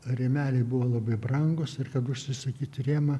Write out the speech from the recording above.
rėmeliai buvo labai brangūs ir kad užsisakyt rėmą